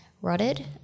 Rotted